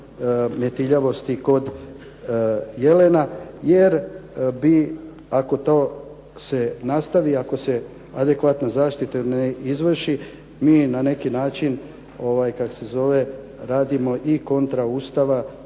metiljavosti kod jelena jer bi, ako to se nastavi, ako se adekvatna zaštita ne izvrši, mi na neki način radimo i kontra Ustava